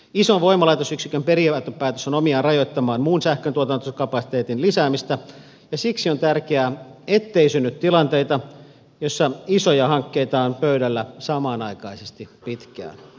ison voimalaitosyksikön periaatepäätös on omiaan rajoittamaan muun sähköntuotantokapasiteetin lisäämistä ja siksi on tärkeää ettei synny tilanteita joissa isoja hankkeita on pöydällä samanaikaisesti pitkään